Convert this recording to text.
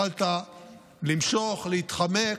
יכולת למשוך, להתחמק.